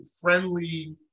friendly